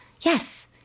Yes